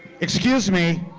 excuse me,